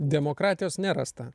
demokratijos nerasta